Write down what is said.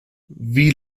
wie